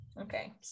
Okay